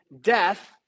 death